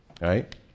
right